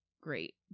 Great